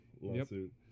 lawsuit